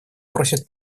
просит